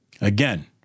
Again